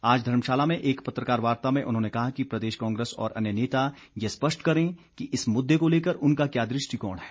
आज धर्मशाला में एक पत्रकार वार्ता में उन्होंने कहा कि प्रदेश कांग्रेस और अन्य नेता ये स्पष्ट करे कि इस मुददे को लेकर उनका क्या दृष्टिकोण है